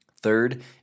Third